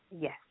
Yes